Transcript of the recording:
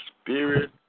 spirit